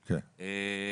בלבד,